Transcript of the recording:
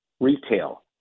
Retail